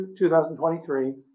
2023